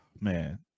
man